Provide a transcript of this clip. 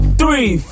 three